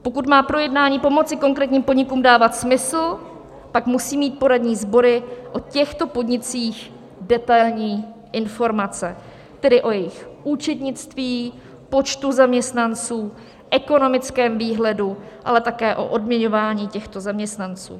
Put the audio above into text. Pokud má projednání pomoci konkrétním podnikům dávat smysl, pak musí mít poradní sbory o těchto podnicích detailní informace, tedy o jejich účetnictví, počtu zaměstnanců, ekonomickém výhledu, ale také o odměňování těchto zaměstnanců.